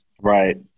Right